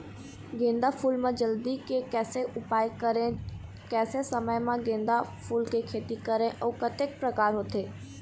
गेंदा फूल मा जल्दी के कैसे उपाय करें कैसे समय मा गेंदा फूल के खेती करें अउ कतेक प्रकार होथे?